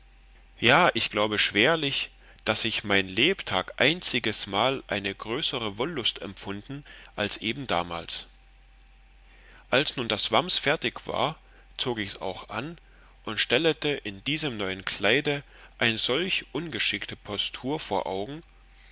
ja ich glaube schwerlich daß ich mein lebtag einzigesmal eine größere wollust empfunden als eben damals als nun das wams fertig war zog ichs auch an und stellete in diesem neuen kleid ein solch ungeschickte postur vor augen